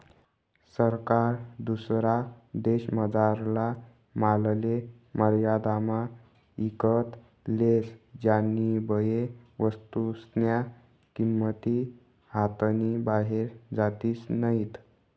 सरकार दुसरा देशमझारला मालले मर्यादामा ईकत लेस ज्यानीबये वस्तूस्न्या किंमती हातनी बाहेर जातीस नैत